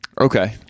Okay